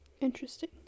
Interesting